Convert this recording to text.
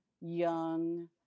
young